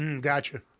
Gotcha